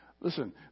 Listen